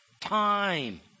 time